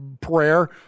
prayer